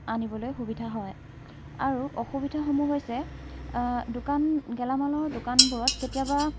আনিবলৈ সুবিধা হয় আৰু অসুবিধাসমূহ হৈছে দোকান গেলামালৰ দোকানবোৰত কেতিয়াবা